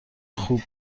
خوب